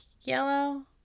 Yellow